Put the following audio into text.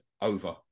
over